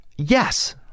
Yes